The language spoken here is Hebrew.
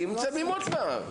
מצלמים מוחקים ומצלמים עוד פעם.